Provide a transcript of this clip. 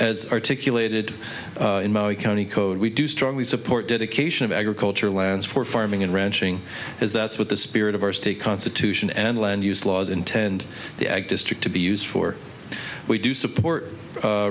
articulated in my county code we do strongly support dedication of agricultural lands for farming and ranching as that's what the spirit of our state constitution and land use laws intend the ag district to be used for we do support